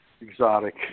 exotic